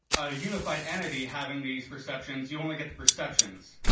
a unified entity having these perceptions, you only get the perceptions.